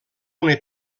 una